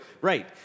Right